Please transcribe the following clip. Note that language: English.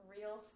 Real